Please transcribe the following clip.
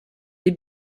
les